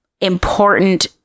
important